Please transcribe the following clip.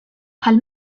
bħal